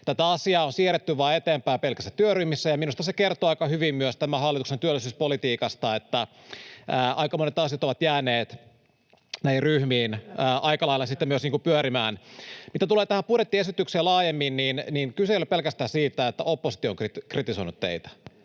tätä asiaa on siirretty vain eteenpäin pelkissä työryhmissä, ja minusta se kertoo aika hyvin myös tämän hallituksen työllisyyspolitiikasta, että aika monet asiat ovat jääneet aika lailla sitten myös näihin ryhmiin pyörimään. [Tuomas Kettusen välihuuto] Mitä tulee tähän budjettiesitykseen laajemmin, niin kyse ei ole pelkästään siitä, että oppositio on kritisoinut teitä,